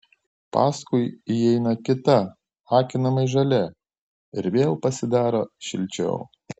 paskui įeina kita akinamai žalia ir vėl pasidaro šilčiau